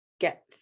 get